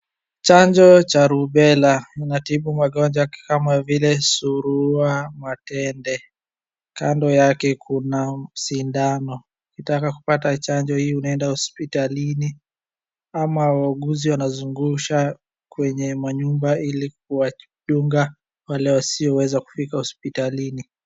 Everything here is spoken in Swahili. Chanjo cha rubela inatibu magonjwa kama vile surua matende. Kando yake kuna sindano. Ukitaka kupata chanjo hii unaeda hospitalini ama wauguzi wanazungusha kwenye manyumba ili kuwadunga wale wasioweza kufika hopsitalini.